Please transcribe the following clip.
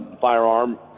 firearm